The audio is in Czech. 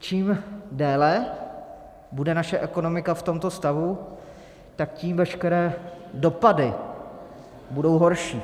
Čím déle bude naše ekonomika v tomto stavu, tím veškeré dopady budou horší.